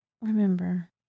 remember